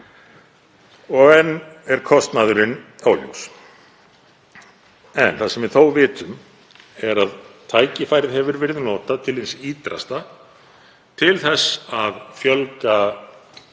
Og enn er kostnaðurinn óljós. Það sem við þó vitum er að tækifærið hefur verið notað til hins ýtrasta til þess að fjölga